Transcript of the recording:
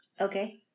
Okay